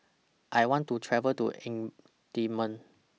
I want to travel to